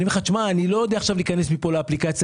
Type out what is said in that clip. אני אומר לך שאני לא יודע עכשיו להיכנס מכאן לאפליקציה,